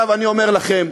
אני אומר לכם,